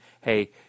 Hey